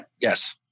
Yes